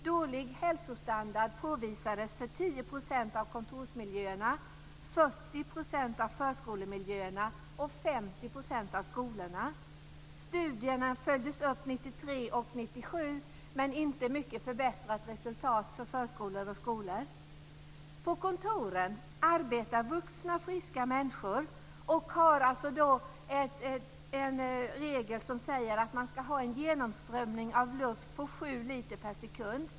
Dålig hälsostandard påvisades i 1997, men resultatet hade inte förbättrats mycket för förskolor och skolor. På kontoren arbetar vuxna friska människor. Det finns en regel som säger att man ska ha en genomströmning av luft på sju liter per sekund.